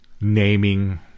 naming